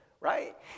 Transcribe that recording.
right